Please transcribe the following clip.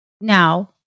Now